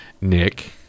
Nick